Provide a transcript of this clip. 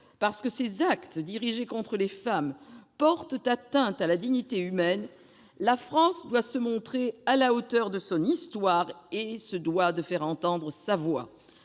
parce que ces actes, dirigés contre les femmes, portent atteinte à la dignité humaine, la France doit se montrer à la hauteur de son histoire et se doit de faire entendre sa voix.